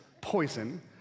poison